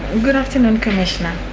good afternoon commissioner.